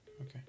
Okay